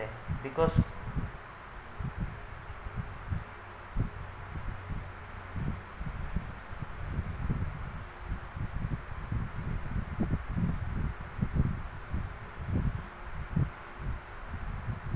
that because